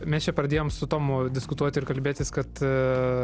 mes čia pradėjom su tomu diskutuoti ir kalbėtis kad